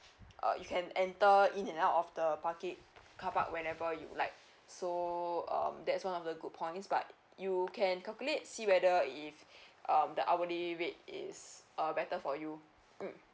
uh you can enter in and out of the parking carpark whenever you would like so um that's one of the good points but you can calculate see whether if um the hourly rate is a better for you mm